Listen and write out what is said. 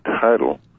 title